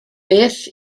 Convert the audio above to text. beth